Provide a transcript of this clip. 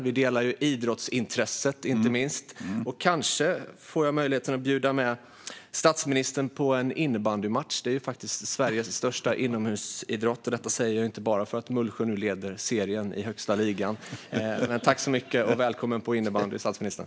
Vi delar ju idrottsintresset, inte minst, och kanske får jag möjligheten att bjuda med statsministern på en innebandymatch. Det är faktiskt Sveriges största inomhusidrott. Detta säger jag inte bara för att Mullsjö nu leder serien i högsta ligan. Tack så mycket och välkommen på innebandy, statsministern!